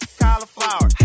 cauliflower